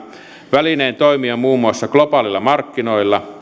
välineen toimia muun muassa globaaleilla markkinoilla